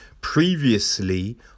previously